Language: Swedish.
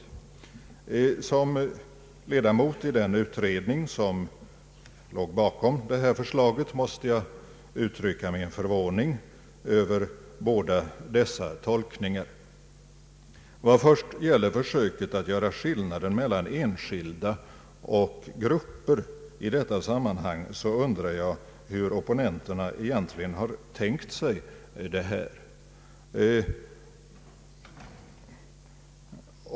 Som ledamot av den utredning som låg bakom detta förslag måste jag uttrycka min förvåning över båda dessa tolkningar. Vad först gäller försöket att göra skillnader mellan enskilda och grupper i detta sammanhang undrar jag hur opponenterna egentligen har tänkt sig detta.